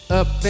up